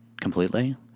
completely